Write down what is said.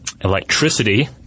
electricity